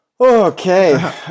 okay